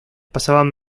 pasaban